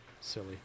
silly